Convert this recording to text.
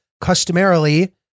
customarily